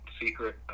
Secret